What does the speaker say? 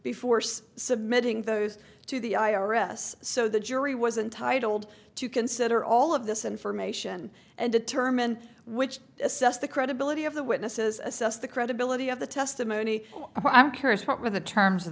be force submitting those to the i r s so the jury was intitled to consider all of this information and determine which assess the credibility of the witnesses assess the credibility of the testimony i'm cursed with the terms of